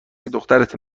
دخترته